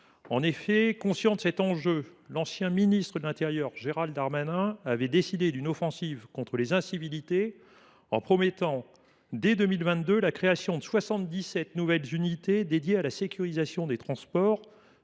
années. Conscient de cet enjeu, l’ancien ministre de l’intérieur Gérald Darmanin avait décidé une offensive contre les incivilités, en promettant dès 2022 la création de soixante dix sept unités dédiées à la sécurisation des transports,